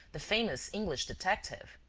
the famous english detective!